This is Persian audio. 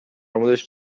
موردش